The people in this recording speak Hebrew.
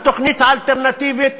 התוכנית האלטרנטיבית,